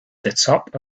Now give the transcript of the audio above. top